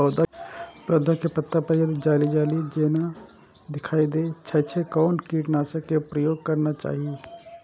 पोधा के पत्ता पर यदि जाली जाली जेना दिखाई दै छै छै कोन कीटनाशक के प्रयोग करना चाही?